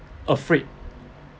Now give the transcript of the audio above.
afraid